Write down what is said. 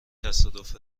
تصادف